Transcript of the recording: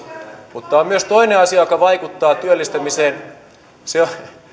mutta on myös toinen asia joka vaikuttaa työllistämiseen